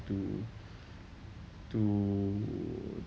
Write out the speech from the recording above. to to